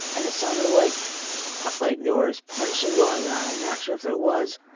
and it sounded like like there was punching going on, i'm not sure if there was,